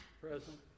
Present